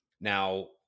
Now